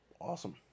awesome